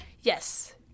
Yes